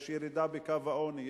יש ירידה בקו העוני,